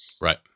Right